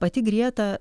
pati grieta